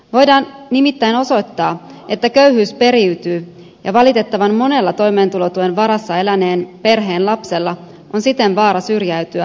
voidaan nimittäin osoittaa että köyhyys periytyy ja valitettavan monella toimeentulotuen varassa eläneen perheen lapsella on siten vaara syrjäytyä aikuistuttuaan